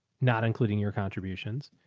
not including your contributions.